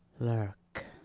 lurk,